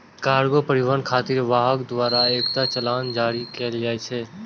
cargo परिवहन खातिर वाहक द्वारा एकटा चालान जारी कैल जाइ छै